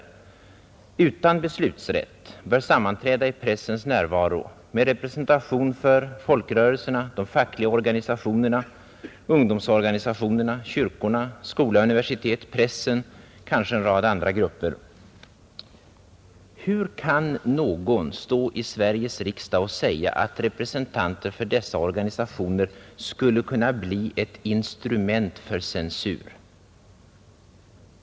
Rådet skall vara utan beslutsrätt, det bör sammanträda i pressens närvaro, och där bör finnas representanter för folkrörelserna, de fackliga organisationerna, ungdomsorganisationerna, kyrkorna, skolan, universiteten, pressen och kanske en rad andra grupper. Hur kan någon stå i Sveriges riksdag och säga att representanter för dessa organisationer skulle kunna bli ett instrument för censur?